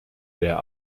der